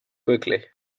quickly